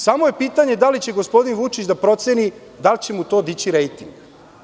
Samo je pitanje da li će gospodin Vučić da proceni da li će mu to dići rejting.